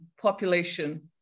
population